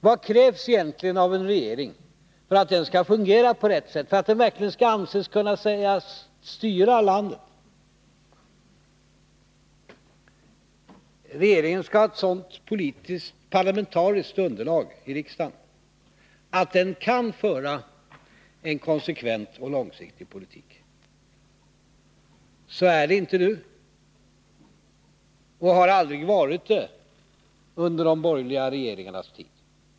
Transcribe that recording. Vad krävs egentligen av en regering för att den skall fungera på rätt sätt, för att den verkligen skall kunna sägas styra landet? Regeringen skall ha ett sådant parlamentariskt underlag att den kan föra en konsekvent och långsiktig politik. Så är det inte nu och så har det aldrig varit under de borgerliga regeringarnas tid.